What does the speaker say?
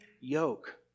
yoke